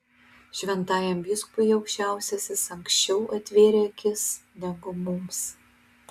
šventajam vyskupui aukščiausiasis anksčiau atvėrė akis negu mums